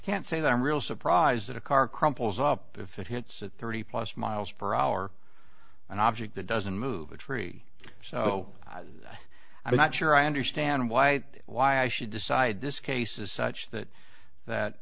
can't say that i'm real surprised that a car crumples up if it hits at thirty plus mph an object that doesn't move a tree so i'm not sure i understand why why i should decide this case is such that that